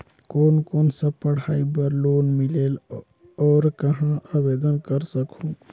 कोन कोन सा पढ़ाई बर लोन मिलेल और कहाँ आवेदन कर सकहुं?